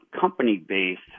company-based